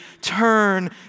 turn